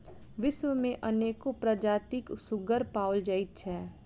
विश्व मे अनेको प्रजातिक सुग्गर पाओल जाइत छै